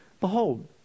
behold